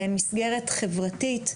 למסגרת חברתית.